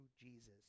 Jesus